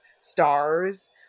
stars